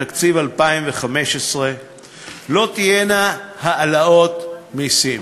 בתקציב 2015 לא תהיינה העלאות מסים.